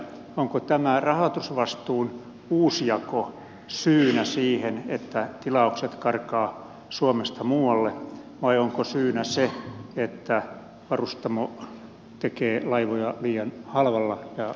onko tämä rahoitusvastuun uusjako syynä siihen että tilaukset karkaavat suomesta muualle vai onko syynä se että varustamo tekee laivoja liian halvalla ja toiminta on kannattamatonta